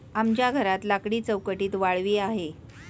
आमच्या घरात लाकडी चौकटीत वाळवी आहे